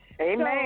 Amen